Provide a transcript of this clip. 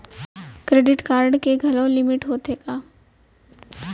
Credit card के घलव limit होथे का?